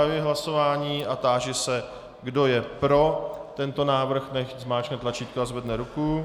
Zahajuji hlasování a táži se, kdo je pro tento návrh, nechť zmáčkne tlačítko a zvedne ruku.